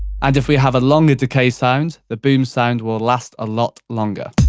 and if we have a longer decay sound, the boom sound will last a lot longer.